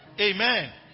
Amen